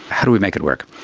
how do we make it work?